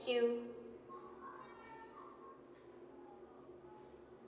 you